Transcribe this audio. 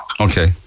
Okay